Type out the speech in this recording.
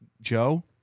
Joe